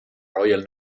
royal